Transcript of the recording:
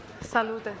Salute